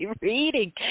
reading